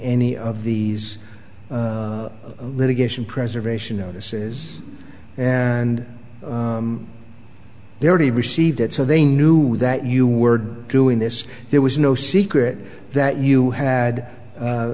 any of the litigation preservation notices and they already received it so they knew that you were doing this there was no secret that you had